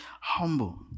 humble